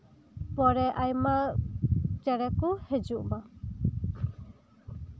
ᱩᱱᱠᱩ ᱯᱚᱨᱮ ᱟᱭᱢᱟ ᱪᱮᱬᱮ ᱠᱚ ᱦᱤᱡᱩᱜ ᱢᱟ